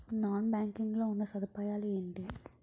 Non banking లో ఉన్నా సదుపాయాలు ఎంటి?